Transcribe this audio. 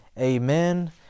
Amen